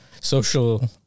social